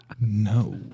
No